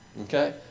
Okay